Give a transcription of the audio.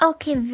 Okay